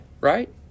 right